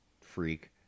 freak